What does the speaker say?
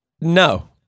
No